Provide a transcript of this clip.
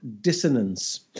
dissonance